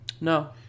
No